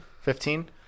Fifteen